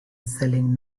selling